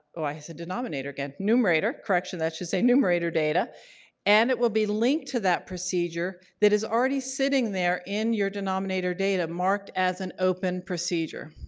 oh, i said denominator again numerator. numerator. correction, that should say numerator data and it will be linked to that procedure that is already sitting there in your denominator data marked as an open procedure.